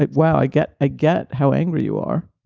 like wow, i get a get how angry you are.